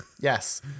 Yes